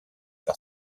par